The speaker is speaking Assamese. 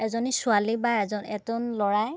এজনী ছোৱালী বা এজন লৰাই